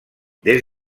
des